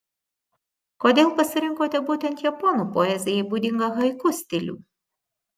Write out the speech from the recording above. kodėl pasirinkote būtent japonų poezijai būdingą haiku stilių